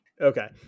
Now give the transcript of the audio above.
Okay